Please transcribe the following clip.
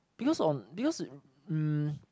because on because um